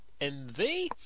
MV